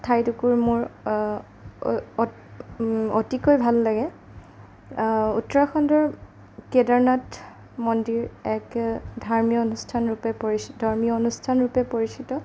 ঠাই টুকুৰা মোৰ অতিকৈ ভাল লাগে উত্তৰাখণ্ডৰ কেদাৰনাথ মন্দিৰ এক ধৰ্মীয় অনুষ্ঠানৰূপে পৰিচিত ধৰ্মীয় অনুষ্ঠানৰূপে পৰিচিত